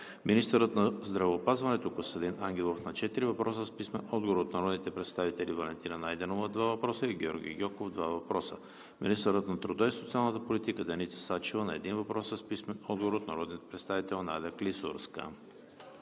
министърът на здравеопазването Костадин Ангелов – на четири въпроса с писмен отговор от народните представители Валентина Найденова – два въпроса; и Георги Гьоков – два въпроса; – министърът на труда и социалната политика Деница Сачева – на един въпрос с писмен отговор от народния представител Надя Клисурска-Жекова.